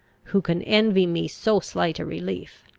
who can envy me so slight a relief